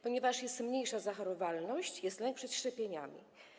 Ponieważ jest mniejsza zachorowalność, jest lęk przed szczepieniami.